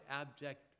abject